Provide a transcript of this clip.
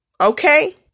Okay